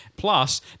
Plus